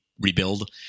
rebuild